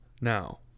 Now